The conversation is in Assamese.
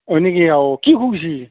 হয় নেকি আৰু কি অসুখ হৈছে